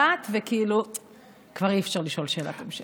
באת, וכבר אי-אפשר לשאול שאלת המשך.